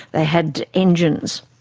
they had engines.